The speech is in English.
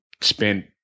spent